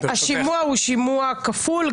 השימוע הוא שימוע כפול,